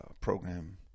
program